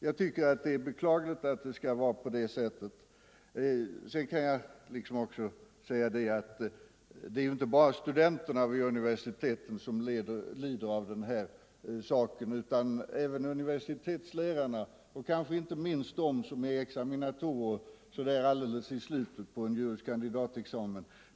Jag tycker att det är — tingsmeritering beklagligt att det skall vara på det sättet. Sedan kan jag också säga att det inte bara är studenterna vid universiteten som lider av detta utan även universitetslärarna och kanske inte minst de som är examinatorer så där alldeles i slutet på en juris kandidatexamen.